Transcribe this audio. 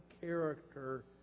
character